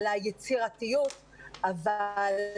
על היצירתיות,